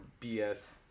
BS